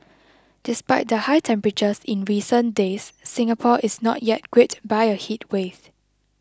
despite the high temperatures in recent days Singapore is not yet gripped by a heatwave